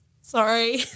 sorry